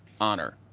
Honor